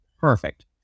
Perfect